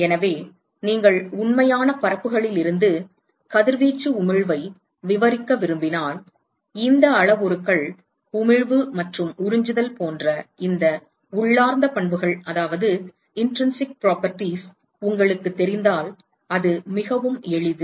எனவே நீங்கள் உண்மையான பரப்புகளில் இருந்து கதிர்வீச்சு உமிழ்வை விவரிக்க விரும்பினால் இந்த அளவுருக்கள் உமிழ்வு மற்றும் உறிஞ்சுதல் போன்ற இந்த உள்ளார்ந்த பண்புகள் உங்களுக்குத் தெரிந்தால் அது மிகவும் எளிது